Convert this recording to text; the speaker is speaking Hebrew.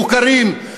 מוכרים,